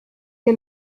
que